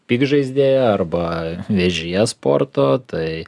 piktžaizde arba vėžyje sporto tai